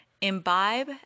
Imbibe